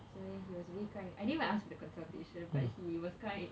so then he was like really kind I didn't like ask for the consultation but he was kind